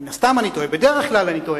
מן הסתם אני טועה, בדרך כלל אני טועה,